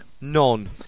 None